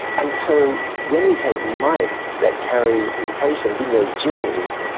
and so when we take mice that carry mutations in those genes,